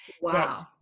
Wow